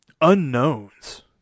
unknowns